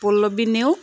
Pallavi Neog